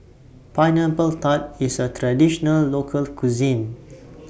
Pineapple Tart IS A Traditional Local Cuisine